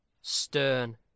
stern